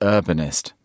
Urbanist